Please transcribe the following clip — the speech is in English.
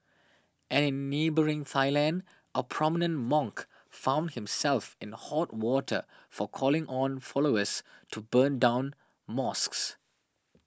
and in neighbouring Thailand a prominent monk found himself in hot water for calling on followers to burn down mosques